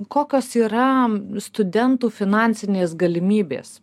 kokios yra studentų finansinės galimybės